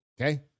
Okay